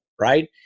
right